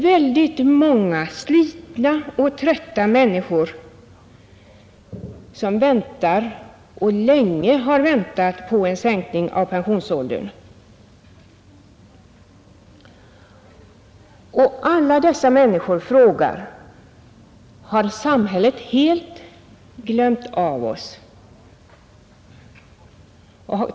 Det finns många slitna och trötta människor som väntar och sedan - länge väntat på en sänkning av pensionsåldern. Alla dessa frågar: Har samhället helt glömt oss?